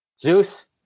Zeus